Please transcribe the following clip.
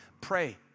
Pray